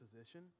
position